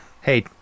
hey